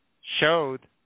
showed